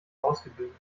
ausgebildet